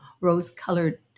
rose-colored